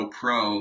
pro